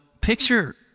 picture